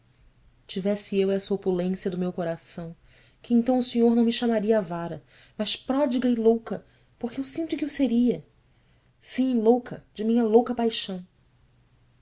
tivesse eu essa opulência do meu coração que então o senhor não me chamaria avara mas pródiga e louca porque eu sinto que o seria sim louca de minha louca paixão